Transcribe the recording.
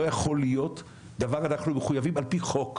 לא יכול להיות דבר, אנחנו מחויבים על פי חוק,